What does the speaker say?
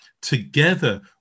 together